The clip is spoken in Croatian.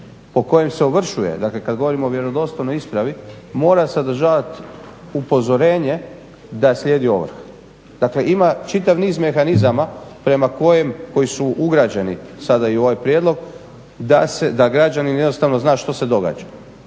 po kojem se ovršuje, dakle kada govorimo o vjerodostojnoj ispravi mora sadržavati upozorenje da slijedi ovrha. Dakle, ima čitav niz mehanizama prema kojem, koji su ugrađeni sada u ovaj prijedlog da građanin jednostavno zna što se događa.